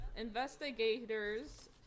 Investigators